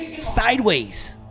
sideways